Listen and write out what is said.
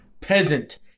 peasant